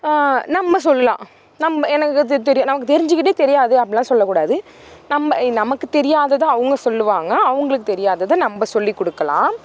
நம்ம சொல்லலாம் நம்ம எனக்கு இது தெ தெரியா நமக்கு தெரிஞ்சிக்கிட்டே தெரியாது அப்படிலாம் சொல்லக்கூடாது நம்ம நமக்கு தெரியாததை அவங்க சொல்லுவாங்க அவங்களுக்கு தெரியாததை நம்ப சொல்லிக்கொடுக்கலாம்